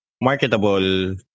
marketable